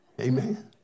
amen